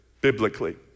biblically